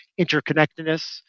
interconnectedness